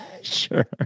Sure